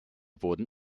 wurden